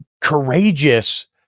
courageous